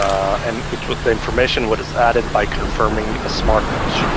um and the information was added by confirming a smart match.